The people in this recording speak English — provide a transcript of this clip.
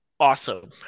awesome